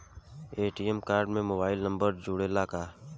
ATM card में mobile number जुरेला का?